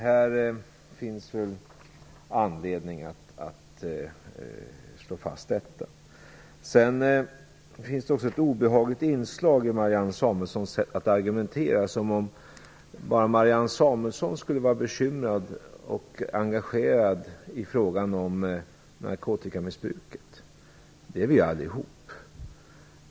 Här finns väl anledning att slå fast detta. Det finns också ett obehagligt inslag i Marianne Samuelssons sätt att argumentera, som om bara Marianne Samuelsson skulle vara bekymrad och engagerad i frågan om narkotikamissbruket. Det är vi ju allihop.